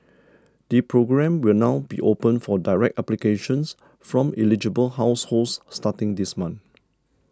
the programme will now be open for direct applications from eligible households starting this month